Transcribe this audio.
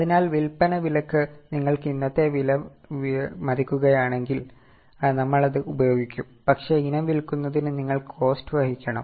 അതിനാൽ വിൽപന വിലയ്ക്ക് നിങ്ങൾ ഇനത്തെ വിലമതിക്കുകയാണെങ്കിൽ നമ്മൾ അത് ഉപയോഗിക്കും പക്ഷേ ഇനം വിൽക്കുന്നതിന് നിങ്ങൾക്ക് കോസ്റ്റ് വഹിക്കണം